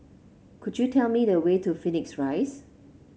could you tell me the way to Phoenix Rise